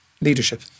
leadership